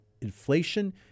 inflation